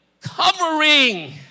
covering